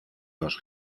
los